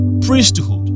priesthood